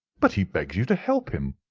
but he begs you to help him.